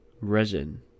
resin